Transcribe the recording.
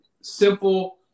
simple